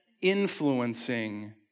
influencing